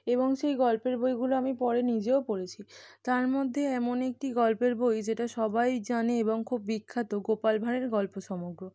এবং সেই গল্পের বইগুলো আমি পরে নিজেও পড়েছি তার মধ্যে এমন একটি গল্পের বই যেটা সবাই জানে এবং খুব বিখ্যাত গোপাল ভাঁড়ের গল্প সমগ্র